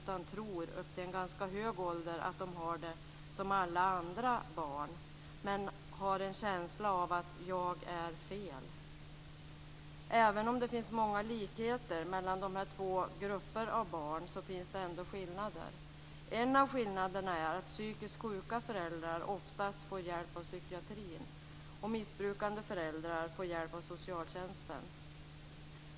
De tror upp till en ganska hög ålder att de har det som alla andra barn, men har en känsla av att vara "fel". Även om det finns många likheter mellan de här två grupperna av barn finns det ändå skillnader. En av skillnaderna är att psykiskt sjuka föräldrar oftast får hjälp av psykiatrin och missbrukande föräldrar får hjälp av socialtjänsten.